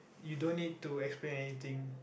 you don't need to explain anything